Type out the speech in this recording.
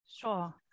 Sure